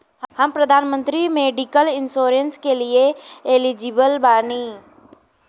हम प्रधानमंत्री medical insurance के लिए एलिजिबल बानी?